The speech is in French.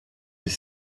des